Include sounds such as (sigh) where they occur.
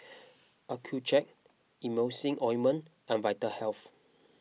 (noise) Accucheck Emulsying Ointment and Vitahealth